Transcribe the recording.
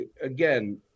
Again